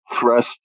thrust